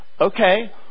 okay